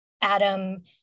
Adam